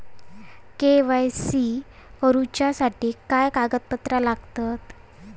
KYC करूच्यासाठी काय कागदपत्रा लागतत?